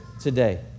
today